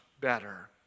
better